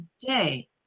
today